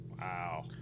Wow